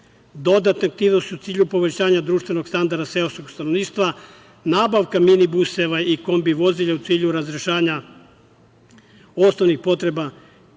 dodatne aktivnosti u cilju poboljšanja društvenog standarda seoskog stanovništva, nabavka mini-buseva i kombi vozila u cilju razrešavanja osnovnih potreba